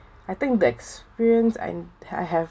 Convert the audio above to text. I think the experience and I have